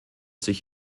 sich